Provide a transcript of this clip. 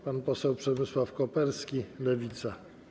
Pan poseł Przemysław Koperski, Lewica.